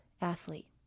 athlete